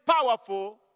powerful